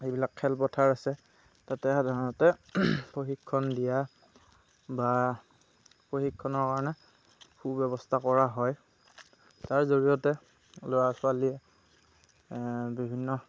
সেইবিলাক খেল পথাৰ আছে তাতে সাধাৰণতে প্ৰশিক্ষণ দিয়া বা প্ৰশিক্ষণৰ কাৰণে সুব্যৱস্থা কৰা হয় তাৰ জড়িয়তে ল'ৰা ছোৱালীয়ে বিভিন্ন